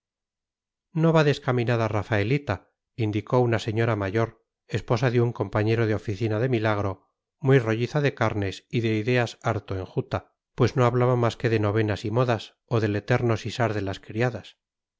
no va descaminada rafaelita indicó una señora mayor esposa de un compañero de oficina de milagro muy rolliza de carnes y de ideas harto enjuta pues no hablaba más que de novenas y modas o del eterno sisar de las criadas